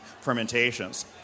fermentations